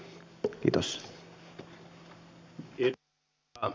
päivä marraskuuta